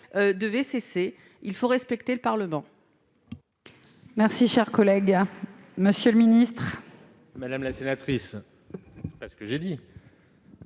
devaient cesser. Il faut respecter le Parlement